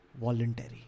voluntary